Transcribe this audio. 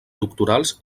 doctorals